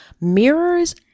mirrors